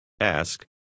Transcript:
Ask